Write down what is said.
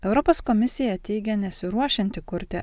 europos komisija teigia nesiruošianti kurti